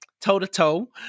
toe-to-toe